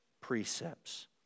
precepts